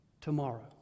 tomorrow